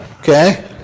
Okay